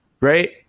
right